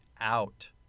out